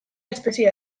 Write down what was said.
espezie